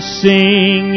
sing